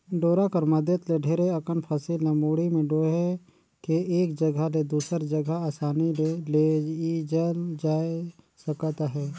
डोरा कर मदेत ले ढेरे अकन फसिल ल मुड़ी मे डोएह के एक जगहा ले दूसर जगहा असानी ले लेइजल जाए सकत अहे